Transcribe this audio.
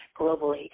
globally